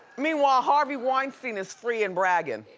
meanwhile, harvey weinstein is free and braggin'.